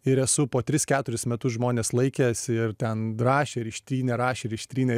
ir esu po tris keturis metus žmones laikęs ir ten rašė ir ištrynė rašė ir ištrynė